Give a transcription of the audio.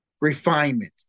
refinement